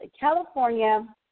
California